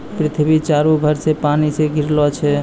पृथ्वी चारु भर से पानी से घिरलो छै